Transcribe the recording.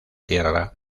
tierra